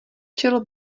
čelo